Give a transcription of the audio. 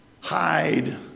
hide